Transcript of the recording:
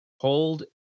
Hold